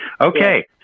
Okay